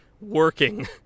working